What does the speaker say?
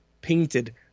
painted